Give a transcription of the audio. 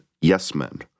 yes-men